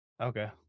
Okay